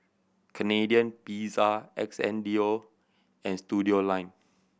Canadian Pizza Xndo and Studioline